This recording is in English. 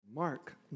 Mark